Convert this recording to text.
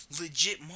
legit